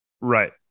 right